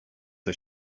się